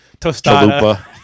tostada